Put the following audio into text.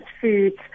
foods